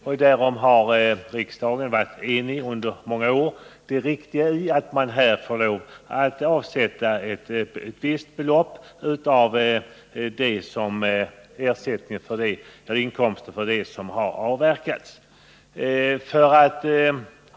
Riksdagen har under många år varit enig när det gäller det riktiga i att skogsägarna får avsätta ett visst belopp av sina inkomster från avverkningar.